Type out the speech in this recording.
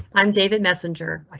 i'm david messenger. like